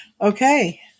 Okay